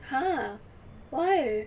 !huh! why